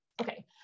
Okay